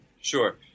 Sure